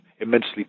immensely